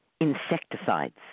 insecticides